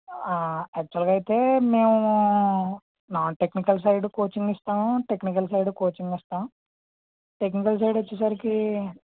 యాక్చువల్గా అయితే మేము ఆ నాన్ టెక్నికల్ సైడ్ కోచింగ్ ఇస్తాము టెక్నికల్ సైడు కోచింగ్ ఇస్తాము టెక్నికల్ సైడ్ వచ్చేసరికి